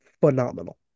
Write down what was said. phenomenal